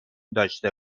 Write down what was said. داشته